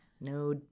No